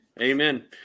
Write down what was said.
Amen